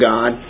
God